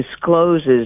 discloses